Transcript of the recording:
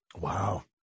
Wow